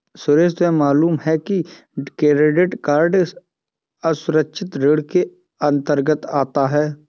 सुरेश तुम्हें मालूम है क्रेडिट कार्ड असुरक्षित ऋण के अंतर्गत आता है